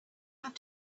have